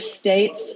states